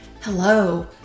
Hello